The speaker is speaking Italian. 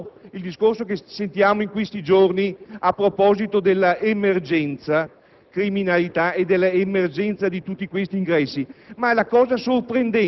Signor Presidente, a parte il discorso che sentiamo in questi giorni a proposito dell'emergenza